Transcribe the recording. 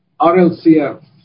RLCF